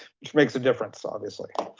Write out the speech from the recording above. which makes a difference obviously.